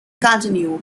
continued